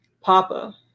Papa